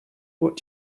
what